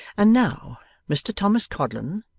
and now mr thomas codlin,